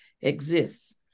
exists